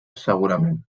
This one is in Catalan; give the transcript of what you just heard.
segurament